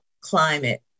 climate